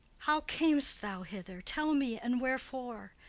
how cam'st thou hither, tell me, and wherefore?